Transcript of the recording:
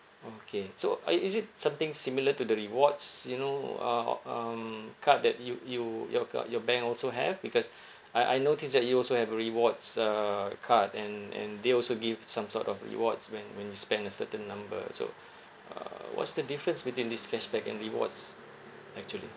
okay so uh is it something similar to the rewards you know uh um card that you you your car~ your bank also have because I I noticed that you also have a rewards uh card and and they also give some sort of rewards when when you spend a certain number so uh what's the difference between these cashback and rewards actually